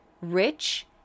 rich